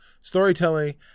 storytelling